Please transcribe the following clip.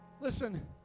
listen